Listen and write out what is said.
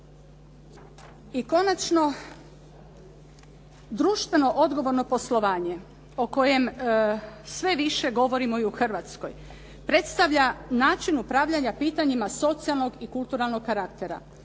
I konačno, društveno odgovorno poslovanje o kojem sve više govorimo i u Hrvatskoj, predstavlja način upravljanja pitanjima socijalnog i kulturalnog karaktera,